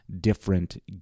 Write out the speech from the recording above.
different